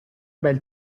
bel